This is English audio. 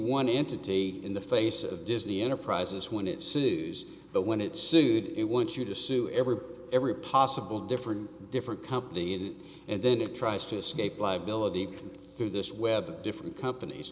one entity in the face of disney enterprises when it soused but when it sued it wants you to sue every every possible different different company in and then it tries to escape liability through this web different companies